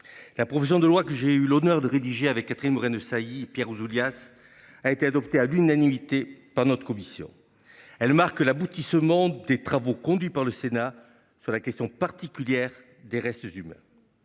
la proposition de loi que j'ai eu l'honneur de rédiger avec Catherine Morin-Desailly et Pierre Ouzoulias a été adoptée à l'unanimité par notre commission ; elle marque l'aboutissement des travaux conduits par le Sénat sur la question particulière des restes humains.